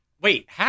Wait